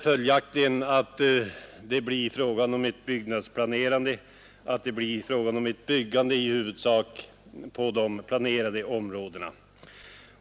Följaktligen kommer det att byggas i huvudsak på de planerade områdena.